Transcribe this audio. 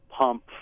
pump